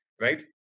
right